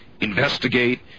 investigate